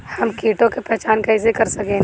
हम कीटों की पहचान कईसे कर सकेनी?